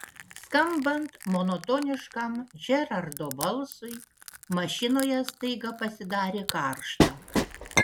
skambant monotoniškam džerardo balsui mašinoje staiga pasidarė karšta